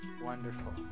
Wonderful